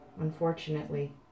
unfortunately